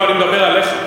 לא, אני מדבר עליך.